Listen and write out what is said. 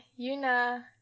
Yuna